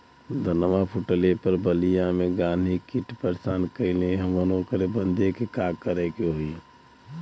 धनवा फूटले पर बलिया में गान्ही कीट परेशान कइले हवन ओकरे बदे का करे होई?